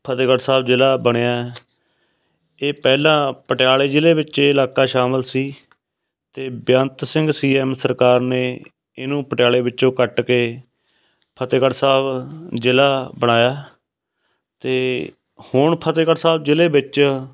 ਫਤਿਹਗੜ੍ਹ ਸਾਹਿਬ ਜ਼ਿਲ੍ਹਾ ਬਣਿਆ ਇਹ ਪਹਿਲਾ ਪਟਿਆਲੇ ਜਿਲ੍ਹੇ ਵਿੱਚ ਇਲਾਕਾ ਸ਼ਾਮਿਲ ਸੀ ਅਤੇ ਬੇਅੰਤ ਸਿੰਘ ਸੀ ਐੱਮ ਸਰਕਾਰ ਨੇ ਇਹਨੂੰ ਪਟਿਆਲੇ ਵਿੱਚੋਂ ਕੱਟ ਕੇ ਫਤਿਹਗੜ੍ਹ ਸਾਹਿਬ ਜ਼ਿਲ੍ਹਾ ਬਣਾਇਆ ਅਤੇ ਹੁਣ ਫਤਿਹਗੜ੍ਹ ਸਾਹਿਬ ਜ਼ਿਲ੍ਹੇ ਵਿੱਚ